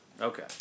okay